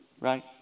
right